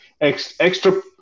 Extra